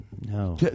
No